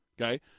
okay